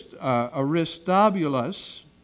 Aristobulus